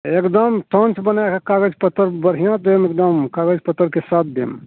एकदम टंच बनाके कागज पत्तर बढ़िआँ देब एकदम कागज पत्तरके साथ देब